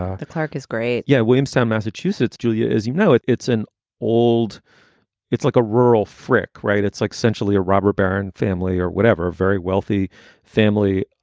ah clark is great. yeah. williamstown, massachusetts julia is you know, it's it's an old it's like a rural frick, right? it's like essentially a robber baron family or whatever. a very wealthy family